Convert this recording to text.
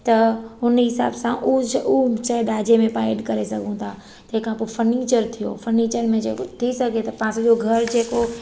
त हुन हिसाबु सां उहो उहो शइ ॾाजे में पाणि एड करे सघूं था तंहिं खां पोइ फर्नीचर थी वियो फर्नीचर में जे को थी सघे त पासे जो घर जेको